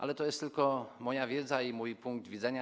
Ale to jest tylko moja wiedza i mój punkt widzenia.